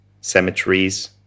cemeteries